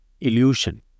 illusion